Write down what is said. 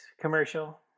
commercial